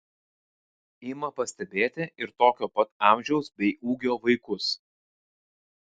ima pastebėti ir tokio pat amžiaus bei ūgio vaikus